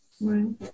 Right